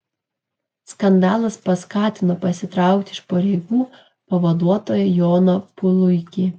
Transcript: skandalas paskatino pasitraukti iš pareigų pavaduotoją joną puluikį